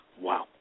Wow